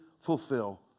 fulfill